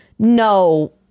No